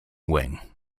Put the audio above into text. wing